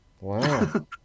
Wow